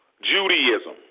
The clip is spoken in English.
Judaism